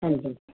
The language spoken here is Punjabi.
ਹਾਂਜੀ